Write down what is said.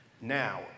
Now